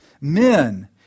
Men